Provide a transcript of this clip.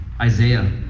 Isaiah